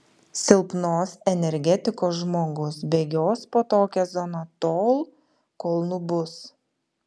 silpnos energetikos žmogus bėgios po tokią zoną tol kol nubus